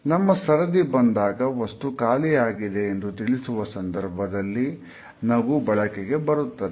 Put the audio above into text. ನಮ್ಮ ಸರದಿ ಬಂದಾಗ ವಸ್ತು ಖಾಲಿಯಾಗಿದೆ ಎಂದು ತಿಳಿಸುವ ಸಂದರ್ಭದಲ್ಲಿ ನಗು ಬಳಕೆಗೆ ಬರುತ್ತದೆ